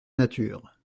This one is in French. nature